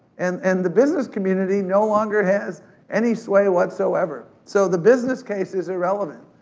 and and the business community no longer has any sway whatsoever. so the business case is irrelevant.